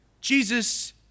Jesus